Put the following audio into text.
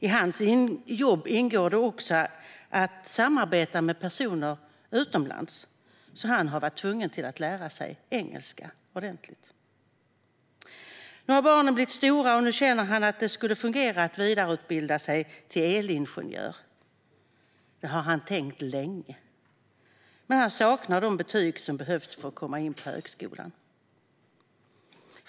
I hans jobb ingår också att samarbeta med personer utomlands. Därför har han varit tvungen att lära sig engelska ordentligt. Nu har barnen blivit stora, och han känner att det skulle fungera att vidareutbilda sig till elingenjör. Detta har han tänkt länge, men han saknar de betyg som behövs för att komma in på högskolan.